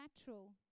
natural